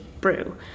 Brew